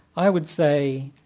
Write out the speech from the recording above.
i would say,